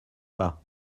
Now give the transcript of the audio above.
pas